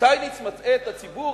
שטייניץ מטעה את הציבור,